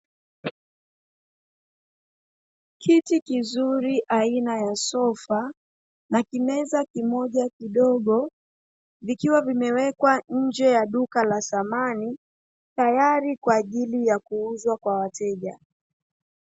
Kiti kizuri aina ya sofa na kimeza kimoja kidogo, vikiwa vimewekwa nje ya duka la samani tayari kwaajili ya kuuzwa kwa wateja.